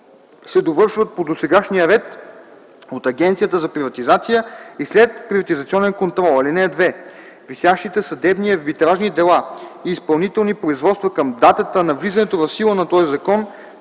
се довършват по досегашния ред от Агенцията за приватизация и следприватизационен контрол. (2) Висящите съдебни и арбитражни дела и изпълнителни производства към датата на влизането в сила на този закон